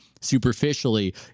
superficially